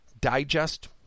digest